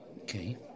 Okay